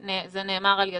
זה נאמר על ידכם.